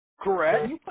Correct